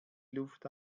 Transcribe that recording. luft